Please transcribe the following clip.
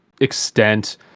extent